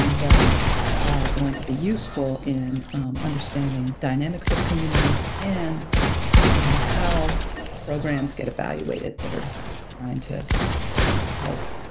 that are going to be useful in understanding dynamics of communities and um how programs get evaluated that are trying to help